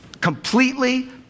completely